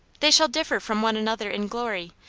they shall difter from one another in glory,